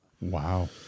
Wow